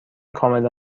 کاملا